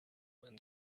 when